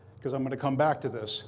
because i'm going to come back to this